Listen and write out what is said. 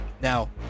now